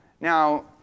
Now